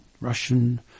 Russian